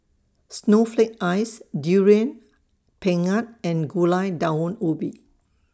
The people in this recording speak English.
Snowflake Ice Durian Pengat and Gulai Daun Ubi